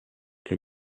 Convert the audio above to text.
que